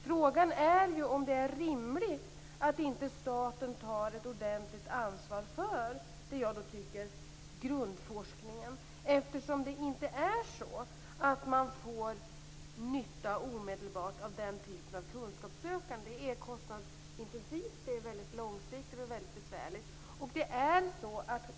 Frågan är om det är rimligt att inte staten tar ett ordentligt ansvar för grundforskningen. Man får inte nytta omedelbart av den typen av kunskapssökande. Det är kostnadsintensivt, det är mycket långsiktigt och det är väldigt besvärligt.